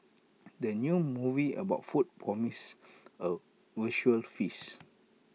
the new movie about food promises A visual feast